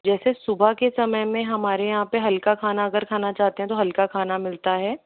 जैसे सुबह के समय में हमारे यहाँ पर हल्का खाना अगर खाना चाहते हैं तो हल्का खाना मिलता है